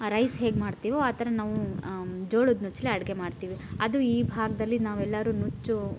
rice ಹೇಗೆ ಮಾಡ್ತೀವೋ ಆ ಥರ ನಾವು ಜೋಳದ ನುಚ್ಚಲ್ಲಿ ಅಡುಗೆ ಮಾಡ್ತೀವಿ ಅದು ಈ ಭಾಗದಲ್ಲಿ ನಾವೆಲ್ಲರೂ ನುಚ್ಚು